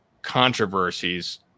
controversies